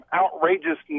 outrageous